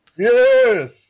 Yes